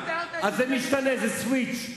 אז זה משתנה, זה סוויץ'.